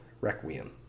Requiem